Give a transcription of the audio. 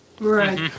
Right